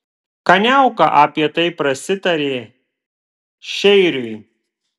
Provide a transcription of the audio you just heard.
kaniauka apie tai prasitarė šeiriui